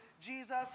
Jesus